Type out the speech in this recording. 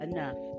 Enough